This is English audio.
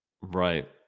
Right